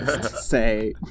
say